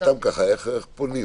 איך פונים?